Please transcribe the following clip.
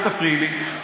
אל תפריעי לי.